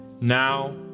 Now